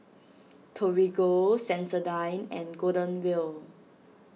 Torigo Sensodyne and Golden Wheel